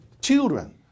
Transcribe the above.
Children